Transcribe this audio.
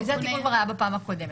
זה היה תיקון בפעם הקודמת.